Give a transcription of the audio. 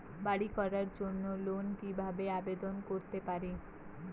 বাড়ি করার জন্য লোন কিভাবে আবেদন করতে পারি?